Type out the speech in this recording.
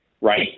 right